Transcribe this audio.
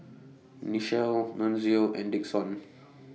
Nichelle Nunzio and Dixon